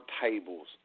tables